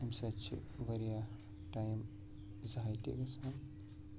اَمہِ سۭتۍ چھِ واریاہ ٹایِم ضایہِ تہِ گژھان